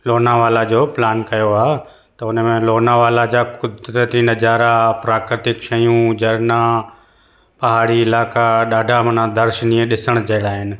लोनावाला जो प्लान कयो आहे त हुनमें लोनावाला जा कुदिरती नज़ारा प्राकृतिक शयूं झरना पहाड़ी इलाइक़ा ॾाढा मना दर्शनीअ ॾिसण जहिड़ा आहिनि